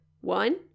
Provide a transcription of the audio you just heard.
One